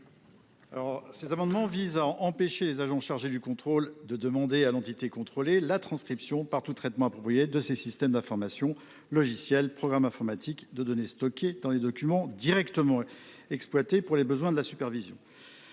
Cet amendement vise à empêcher les agents chargés du contrôle de demander à l’entité contrôlée la transcription par tout traitement approprié de ses systèmes d’information, logiciels, programmes informatiques et données stockées dans des documents directement exploitables pour les besoins de la supervision.